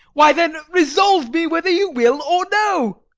why then, resolve me whether you will or no.